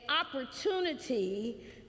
opportunity